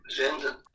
Zenden